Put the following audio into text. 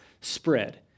spread